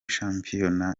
shampiyona